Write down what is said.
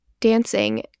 dancing